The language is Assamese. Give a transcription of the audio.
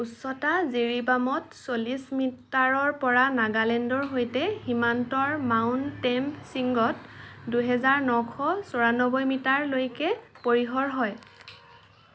উচ্চতা জিৰিবামত চল্লিছ মিটাৰৰ পৰা নাগালেণ্ডৰ সৈতে সীমান্তৰ মাউণ্ট টেম্প শৃংগত দুহাজাৰ নশ চৌৰানব্বৈ মিটাৰলৈকে পৰিসৰ হয়